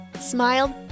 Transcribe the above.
smiled